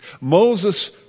Moses